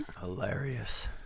Hilarious